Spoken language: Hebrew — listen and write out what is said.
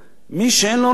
מי שאין לו רכב.